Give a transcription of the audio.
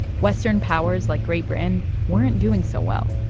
western powers like great britain weren't doing so well.